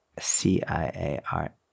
c-i-a-r